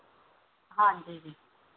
ਹਾਂਜੀ ਜੀ